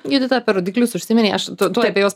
judita apie rodiklius užsiminei aš tuoj apie jos